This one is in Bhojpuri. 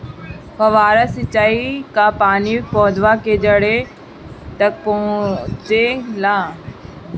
फुहारा सिंचाई का पानी पौधवा के जड़े तक पहुचे ला?